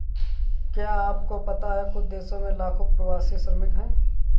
क्या आपको पता है कुछ देशों में लाखों प्रवासी श्रमिक हैं?